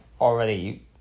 already